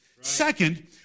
Second